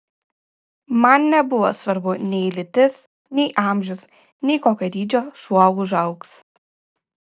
man nebuvo svarbu nei lytis nei amžius nei kokio dydžio šuo užaugs